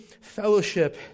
fellowship